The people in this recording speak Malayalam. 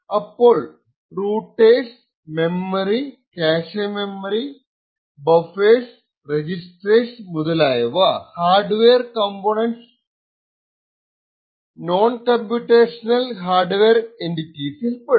അപ്പോൾ routers memory cache memory buffers registers മുതലായവ ഹാർഡ്വെയർ കോംപോണേന്റ്സ് നോൺകമ്പ്യൂട്ടേഷനൽ ഹാർഡ്വെയർ എന്റിറ്റീസിൽ പെടും